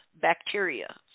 bacteria